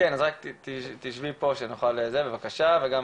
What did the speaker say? תשבי פה בבקשה, וגם